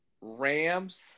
Rams